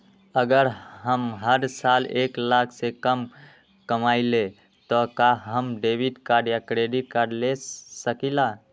अगर हम हर साल एक लाख से कम कमावईले त का हम डेबिट कार्ड या क्रेडिट कार्ड ले सकीला?